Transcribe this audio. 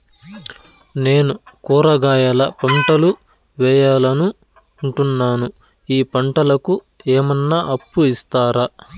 నేను కూరగాయల పంటలు వేయాలనుకుంటున్నాను, ఈ పంటలకు ఏమన్నా అప్పు ఇస్తారా?